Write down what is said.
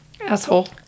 Asshole